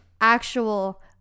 actual